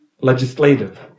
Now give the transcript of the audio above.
legislative